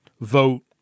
vote